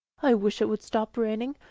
i wish it would stop raining,